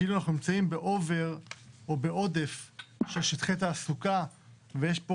כאילו אנחנו נמצאים בעודף של שטחי תעסוקה ויש פה